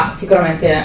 sicuramente